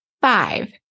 Five